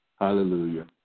Hallelujah